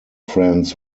friends